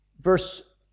verse